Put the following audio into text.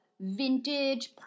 vintage